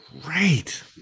great